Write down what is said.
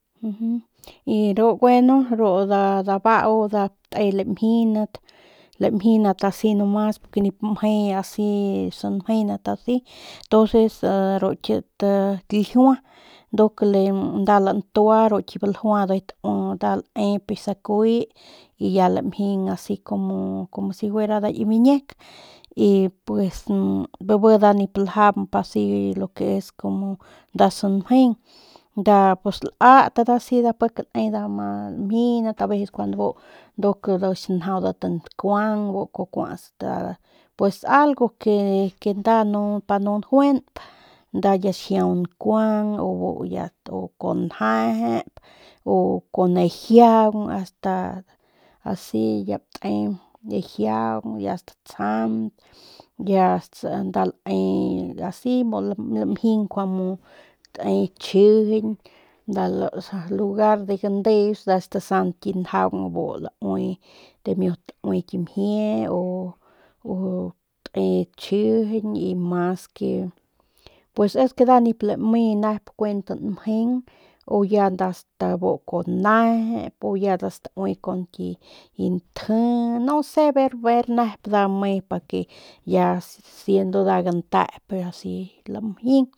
y ru gueno y ru dabau pik te lamljindat asi nomas porque nip mje asi samjindat asi entonces ru ki ljiua nduk ljua ru ki baljua ndujuy taui nda laep biu ki sakuy y ya lamjing asi como como si fura nda ki miñiek y pues bi nda nip ljamp asi lo que es como nda samjeng nda pus la at pues asi pin ne' nda ma lamjindat a veces njuande nda bu uk ya sanjaudat ya nda nkuang bu kuajau kuatsat nda pus algo que que nda nu njuenp nda ya xijiau nda nkuang u ya bu kuajau stanejep u kun ejiaung asta asi ya te ya jiaung ya statsjant ya ma le asi mu u lamjindat kumu te chjijiñg nda lugar de gandeus nda stasant ki jiaung bu laui dimiut staui ki mjie u, u te chjijiñg y mas que pues es que nda nip lame nep kuent mjeng u ya nda stabu nda kuajau nejep u ya nda staui ki ntji no se ver ver nep nda nep pa ke nda ya siendo nda ya gantep si ys nda lamjing.